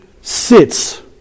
sits